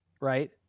right